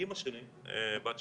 אמא שלי בת 70,